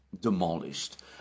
demolished